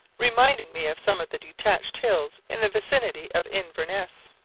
reminding me of some of the detached hills in the vicinity of inverness.